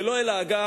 ולא אל האגף